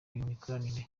mikoranire